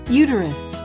uterus